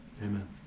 Amen